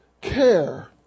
care